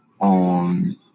on